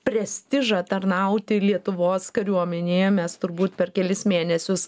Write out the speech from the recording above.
prestižą tarnauti lietuvos kariuomenėje mes turbūt per kelis mėnesius